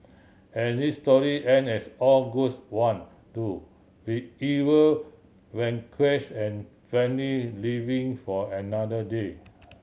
and this story end as all goods one do with evil vanquish and living for another day